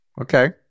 Okay